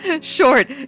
Short